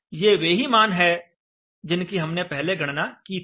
ये वे ही मान है जिनकी हमने पहले गणना की थी